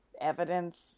evidence